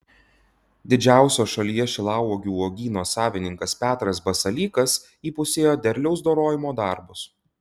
didžiausio šalyje šilauogių uogyno savininkas petras basalykas įpusėjo derliaus dorojimo darbus